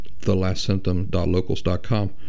thelastsymptom.locals.com